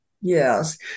Yes